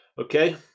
okay